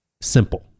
simple